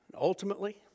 Ultimately